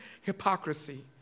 hypocrisy